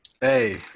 Hey